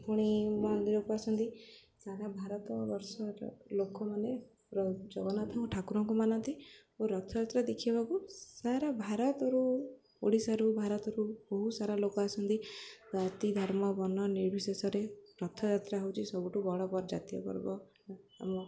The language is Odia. ପୁଣି ମନ୍ଦିରକୁ ଆସନ୍ତି ସାରା ଭାରତ ବର୍ଷର ଲୋକମାନେ ଜଗନ୍ନାଥ ଠାକୁରଙ୍କୁ ମାନନ୍ତି ଓ ରଥଯାତ୍ରା ଦେଖିବାକୁ ସାରା ଭାରତରୁ ଓଡ଼ିଶାରୁ ଭାରତରୁ ବହୁ ସାରା ଲୋକ ଆସନ୍ତି ଜାତି ଧର୍ମ ବର୍ଣ୍ଣ ନିର୍ବିଶେଷରେ ରଥଯାତ୍ରା ହେଉଛି ସବୁଠୁ ବଡ଼ ବଡ଼ ଜାତୀୟ ପର୍ବ